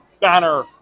banner